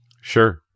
Sure